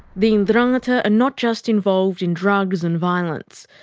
the ndrangheta are not just involved in drugs and violence.